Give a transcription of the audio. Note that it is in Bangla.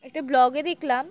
একটা ব্লগে দেখলাম